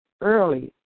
early